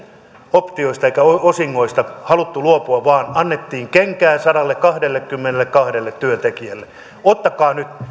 optioista eikä osingoista haluttu luopua vaan annettiin kenkää sadallekahdellekymmenellekahdelle työntekijälle ottakaa nyt